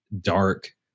dark